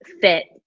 fit